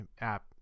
app